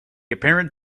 apparent